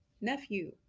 nephew